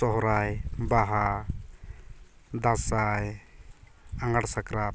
ᱥᱚᱨᱦᱟᱭ ᱵᱟᱦᱟ ᱫᱟᱸᱥᱟᱭ ᱟᱸᱜᱷᱟᱬ ᱥᱟᱠᱨᱟᱛ